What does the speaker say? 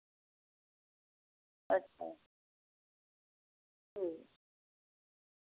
अच्छा ठीक ऐ